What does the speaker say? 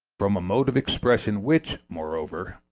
from a mode of expression which, moreover,